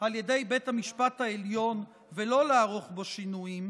על ידי בית המשפט העליון ולא לערוך בה שינויים,